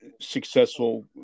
successful